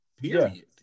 period